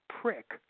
prick